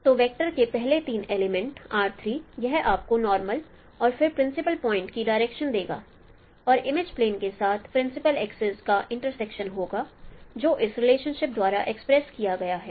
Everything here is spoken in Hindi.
तो वेक्टर के पहले तीन एलीमेंट यह आपको नॉर्मल और फिर प्रिंसिपल पॉइंट की डायरेक्शन देगा और इमेज प्लेन के साथ प्रिंसिपल एक्सिस का इंटर्सेक्शन होगा जो इस रिलेशनशिप द्वारा एक्सप्रेस किया गया है